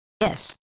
Yes